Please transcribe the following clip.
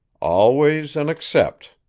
always an except,